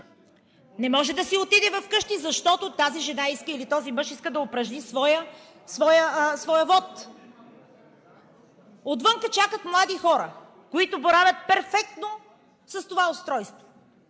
Не може да си отиде вкъщи, защото тази жена или този мъж иска да упражни своя вот! А отвън чакат млади хора, които боравят перфектно с това устройство.